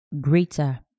greater